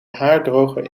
haardroger